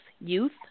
youth